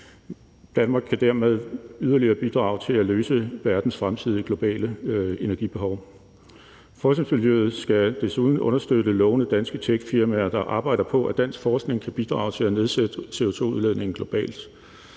Danmark kan dermed yderligere bidrage til at løse verdens fremtidige globale energibehov. Forskningsmiljøet skal desuden understøtte lovende danske techfirmaer, der arbejder på, at dansk forskning kan bidrage til at nedsætte CO2-udledningen globalt.